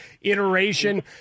iteration